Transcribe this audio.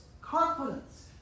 confidence